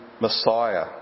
Messiah